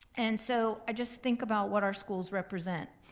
and so, i just think about what our schools represent.